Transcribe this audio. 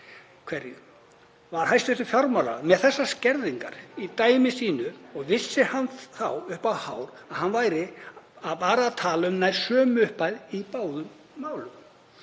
hverju. Var hæstv. fjármálaráðherra með þessar skerðingar í dæmi sínu og vissi hann þá upp á hár að það væri verið að tala um nær sömu upphæð í báðum málum?